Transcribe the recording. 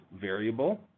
variable